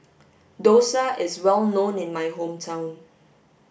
Dosa is well known in my hometown